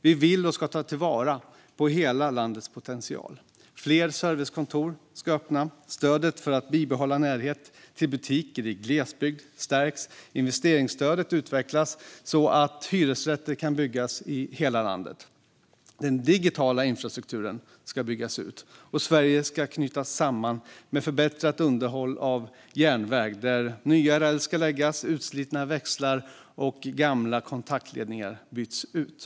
Vi vill och ska ta till vara hela landets potential. Fler servicekontor ska öppna. Stödet för att bibehålla närhet till butiker i glesbygd stärks. Investeringsstödet utvecklas så att hyresrätter kan byggas i hela landet. Den digitala infrastrukturen ska byggas ut. Sverige ska knytas samman med förbättrat underhåll av järnväg där nya räler ska läggas och utslitna växlar och gamla kontaktledningar bytas ut.